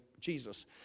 Jesus